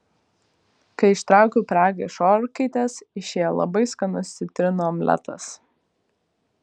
kai ištraukiau pyragą iš orkaitės išėjo labai skanus citrinų omletas